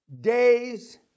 days